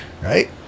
right